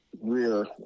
rear